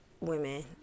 women